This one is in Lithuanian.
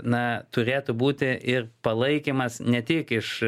na turėtų būti ir palaikymas ne tik iš